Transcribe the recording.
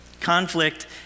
Conflict